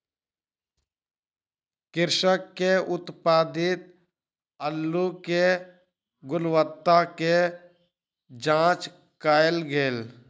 कृषक के उत्पादित अल्लु के गुणवत्ता के जांच कएल गेल